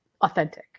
authentic